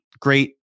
great